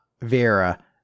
Vera